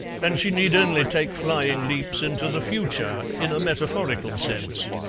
and she need only take flying leaps into the future, in a metaphorical sense.